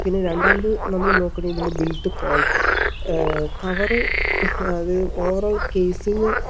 പിന്നേ രണ്ടാമത് നമ്മള് നോക്കണെ ഇതിന്റെ ബിൽഡ് കോളിറ്റി കവർ അത് ഓവറോൾ കേസിംഗ്